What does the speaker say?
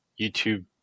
YouTube